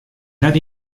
net